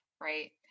right